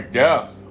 death